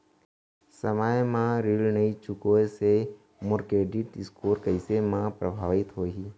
समय म ऋण नई चुकोय से मोर क्रेडिट स्कोर कइसे म प्रभावित होही?